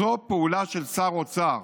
זו פעולה של שר אוצר,